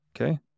Okay